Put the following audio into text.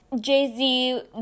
Jay-Z